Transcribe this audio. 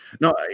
no